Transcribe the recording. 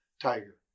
tiger